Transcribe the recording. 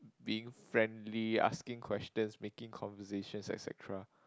being friendly asking questions making conversations et-cetera